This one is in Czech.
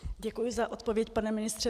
Děkuji za odpověď, pane ministře.